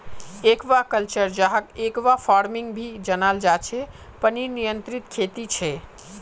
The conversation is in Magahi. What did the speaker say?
एक्वाकल्चर, जहाक एक्वाफार्मिंग भी जनाल जा छे पनीर नियंत्रित खेती छे